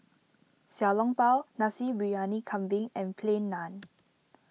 Xiao Long Bao Nasi Briyani Kambing and Plain Naan